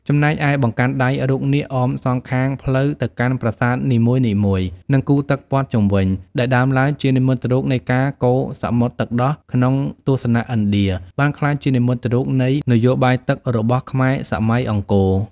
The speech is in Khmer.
ចំណែកឯបង្កាន់ដៃរូបនាគអមសងខាងផ្លូវទៅកាន់ប្រាសាទនីមួយៗ និងគូទឹកព័ទ្ធជុំវិញ ដែលដើមឡើយជានិមិត្តរូបនៃការកូរសមុទ្រទឹកដោះក្នុងទស្សនៈឥណ្ឌា បានក្លាយជានិមិត្តរូបនៃ នយោបាយទឹក របស់ខ្មែរសម័យអង្គរ។